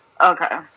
okay